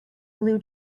blue